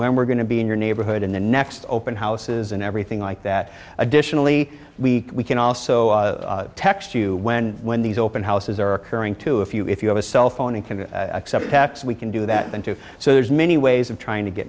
where we're going to be in your neighborhood in the next open houses and everything like that additionally we can also text you when when these open houses are occurring to if you if you have a cell phone and can accept apps we can do that then too so there's many ways of trying to get